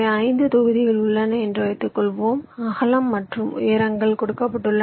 5 தொகுதிகள் உள்ளன என்று வைத்துக்கொள்வோம் அகலம் மற்றும் உயரங்கள் கொடுக்கப்பட்டுள்ளன